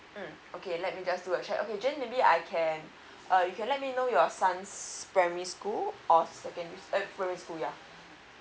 mm okay let me just do a check okay june maybe I can uh you can let me know your sons primary school or secondary uh primary school yeah